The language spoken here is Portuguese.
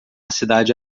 cidade